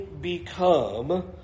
become